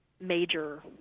major